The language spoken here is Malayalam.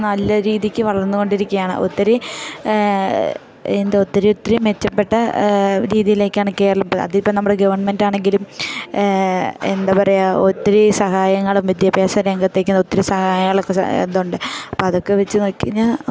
നല്ല രീതിക്ക് വളർന്ന് കൊണ്ടിരിക്കുകയാണ് ഒത്തിരി എന്താ ഒത്തിരി ഒത്തിരി മെച്ചപ്പെട്ട രീതിയിലേക്കാണ് കേരളം അതിപ്പോൾ നമ്മുടെ ഗവൺമെൻറ്റാണെങ്കിലും എന്താ പറയുക ഒത്തിരി സഹായങ്ങളും വിദ്യാഭ്യാസ രംഗത്തേക്ക് ഒത്തിരി സഹായങ്ങളും ഇതൊണ്ട് അപ്പം അതൊക്കെ വെച്ച് നോക്കി കഴിഞ്ഞാൽ